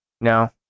No